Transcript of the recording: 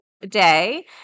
day